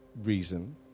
reason